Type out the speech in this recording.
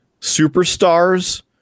superstars